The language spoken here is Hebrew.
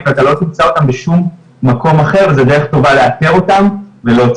ואתה לא תמצא אותם בשום מקום אחר וזו דרך טובה לאתר אותם ולהוציא